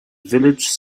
village